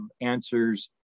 answers